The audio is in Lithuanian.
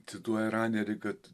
cituoja ranerį kad